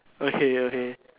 okay okay